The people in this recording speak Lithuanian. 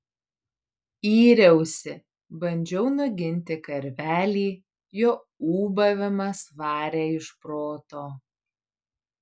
yriausi bandžiau nuginti karvelį jo ūbavimas varė iš proto